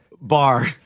bar